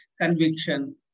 conviction